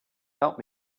help